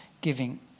giving